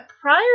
prior